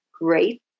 great